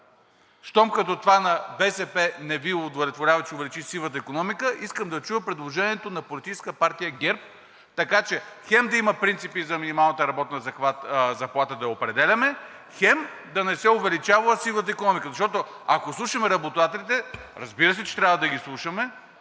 щом като това на БСП не Ви удовлетворява, че ще увеличи сивата икономика? Искам да чуя предложението на Политическа партия ГЕРБ, така че хем да има принципи да определяме минималната работна заплата, хем да не се увеличавала сивата икономика, защото, ако слушаме работодателите – разбира се, че трябва да ги слушаме,